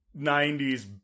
90s